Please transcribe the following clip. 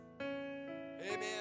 Amen